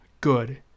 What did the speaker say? good